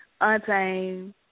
Untamed